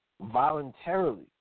voluntarily